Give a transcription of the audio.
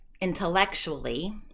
intellectually